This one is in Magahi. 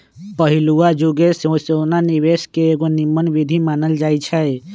पहिलुआ जुगे से सोना निवेश के एगो निम्मन विधीं मानल जाइ छइ